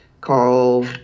Carl